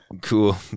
cool